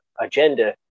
agenda